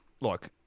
look